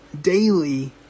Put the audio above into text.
daily